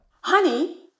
Honey